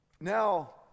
Now